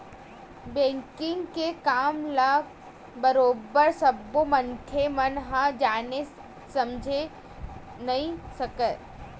banking के काम ल बरोबर सब्बे मनखे मन ह जाने समझे नइ सकय